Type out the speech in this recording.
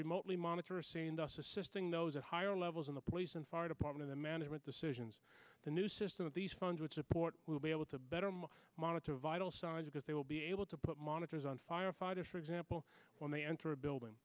remotely monitor a scene thus assisting those at higher levels in the police and fire department the management decisions the new system of these phones would support we'll be able to better my monitor vital signs because they will be able to put monitors on firefighters for example when they enter a building